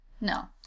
No